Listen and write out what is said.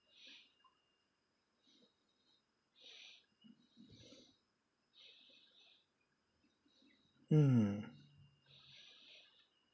mm